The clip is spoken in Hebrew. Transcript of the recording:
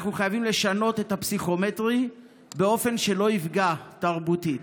אנחנו חייבים לשנות את הפסיכומטרי באופן שלא יפגע תרבותית.